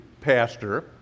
pastor